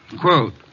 Quote